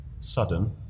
sudden